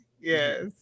yes